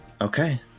Okay